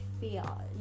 feel